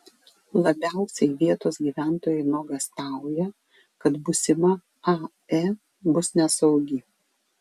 labiausiai vietos gyventojai nuogąstauja kad būsima ae bus nesaugi